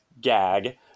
gag